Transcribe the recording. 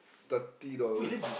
thirty dollars